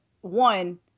one